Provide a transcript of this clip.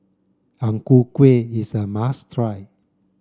Ang Ku Kueh is a must try